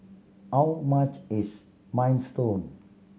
how much is Minestrone